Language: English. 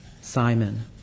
Simon